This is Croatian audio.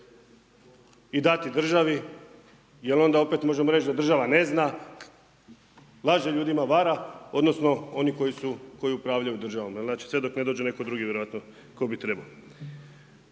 i dati državi jer onda opet možemo reći da država ne zna, laže ljudima, vara, odnosno oni koji upravljaju državom, jer sve dok ne dođe netko drugi, vjerojatno tko bi trebao.